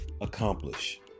accomplish